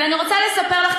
אבל אני רוצה לספר לך,